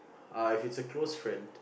uh if it's a close friend